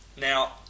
Now